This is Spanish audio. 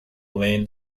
lane